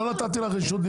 יש לנו שני אישורים,